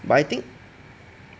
but I think